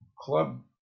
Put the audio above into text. club